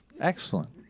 Excellent